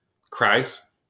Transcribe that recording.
Christ